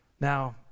Now